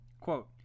Quote